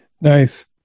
Nice